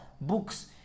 books